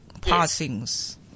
passings